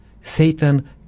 Satan